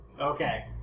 Okay